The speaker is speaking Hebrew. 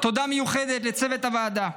תודה מיוחדת לצוות הוועדה,